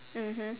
mmhmm